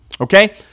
Okay